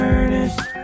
earnest